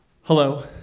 Hello